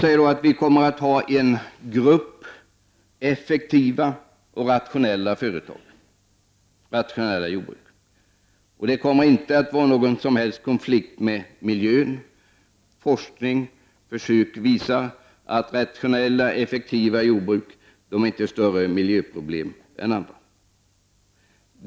Vi kommer att ha en grupp effektiva och rationella jordbruk, som inte kommer att stå i någon som helst konflikt med miljö och forskning. Försök visar att rationella effektiva jordbruk inte utgör något större problem än andra företag.